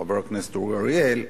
חבר הכנסת אורי אריאל,